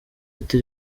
ati